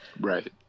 Right